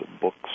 books